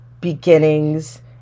beginnings